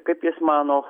kaip jis mano